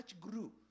grew